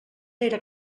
era